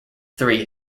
three